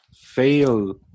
fail